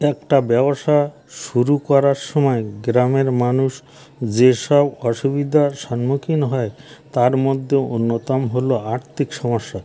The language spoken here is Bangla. একটা ব্যবসা শুরু করার সময় গ্রামের মানুষ যেসব অসুবিধার সন্মুখীন হয় তার মধ্যেও অন্যতম হলো আর্থিক সমস্যা